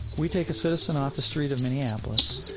we take a citizen off the street of minneapolis,